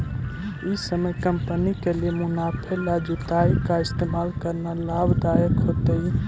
ई समय कंपनी के लिए मुनाफे ला जुताई का इस्तेमाल करना लाभ दायक होतई